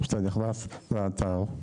כשאתה נכנס לאתר,